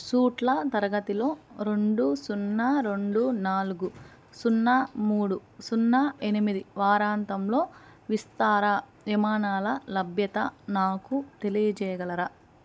సూట్ల తరగతిలో రెండు సున్నారెండు నాలుగు సున్నా మూడు సున్నా ఎనిమిది వారాంతంలో విస్తారా విమానాల లభ్యత నాకు తెలియచేయగలరా